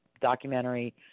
documentary